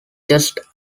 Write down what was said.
just